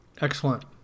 Excellent